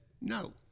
no